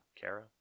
Kara